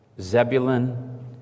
Zebulun